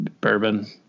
bourbon